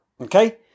Okay